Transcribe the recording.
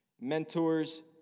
mentors